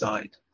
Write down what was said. Side